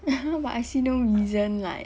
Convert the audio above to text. but I see no reason like